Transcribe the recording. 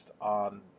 on